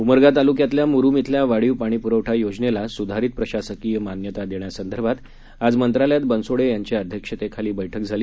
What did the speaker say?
उमरगा तालुक्यातल्या मुरुम खिल्या वाढीव पाणी पुरवठा योजनेला सुधारीत प्रशासकीय मान्यता देण्यासंदर्भात आज मंत्रालयात बनसोडे यांच्या अध्यक्षतेखाली बठ्कि झाली